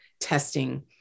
testing